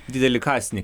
didelį kąsnį